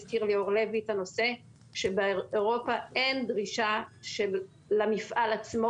הזכיר לי אור לוי את הנושא שבאירופה אין דרישה למפעל עצמו,